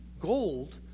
gold